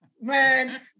Man